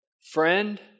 Friend